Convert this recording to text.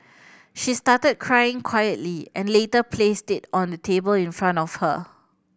she started crying quietly and later placed it on the table in front of her